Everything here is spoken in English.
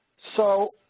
so